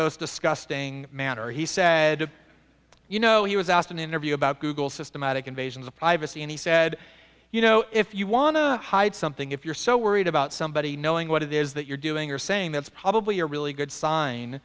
most disgusting manner he said you know he was asked an interview about google systematic invasions of privacy and he said you know if you want to hide something if you're so worried about somebody knowing what it is that you're doing you're saying that's probably a really good sign